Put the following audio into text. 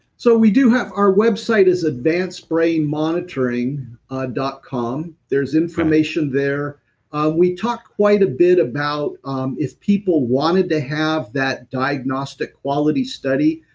so we do have our website, it's advancedbrainmonitoring ah dot com. there is information there we talk quite a bit about um if people wanted to have that diagnostic quality study,